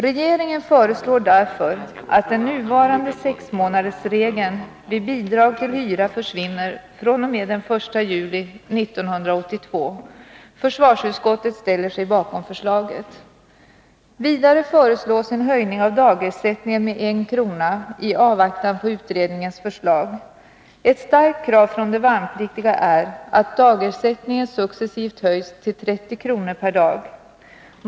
Regeringen föreslår därför att den nuvarande sexmånadersregeln när det gäller bidrag till hyra försvinner fr.o.m.; den 1 juli 1982. Försvarsutskottet ställer sig bakom förslaget. Vidare föreslås en höjning av dagersättningen med 1 kr. i avvaktan på utredningens förslag. Ett starkt krav från de värnpliktiga är att dagersättningen successivt höjs till 30 kr. per dag.